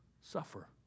suffer